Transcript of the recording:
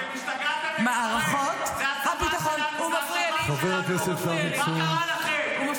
מערכות הביטחון --- אתם השתגעתם לגמרי.